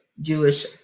Jewish